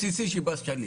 התלמיד.